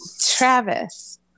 Travis